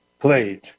played